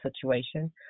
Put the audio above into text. situation